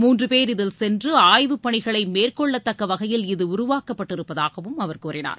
மூன்று பேர் இதில் சென்று ஆய்வுப் பணிகளை மேற்கொள்ளத்தக்க வகையில் இது உருவாக்கப்பட்டிருப்பதாகவும் அவர் கூறினார்